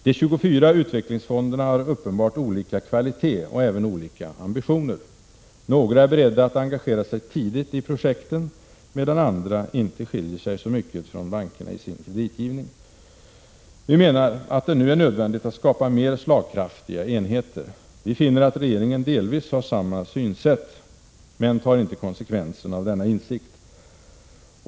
De 24 utvecklingsfonderna har uppenbart olika kvalitet och även olika ambitioner. Några är beredda att engagera sig tidigt i projekten, medan andra inte skiljer sig så mycket från bankerna i sin kreditgivning. Vi menar att det nu är nödvändigt att skapa mer slagkraftiga enheter. Vi finner att regeringen delvis har samma synsätt men inte tar konsekvenserna av denna insikt.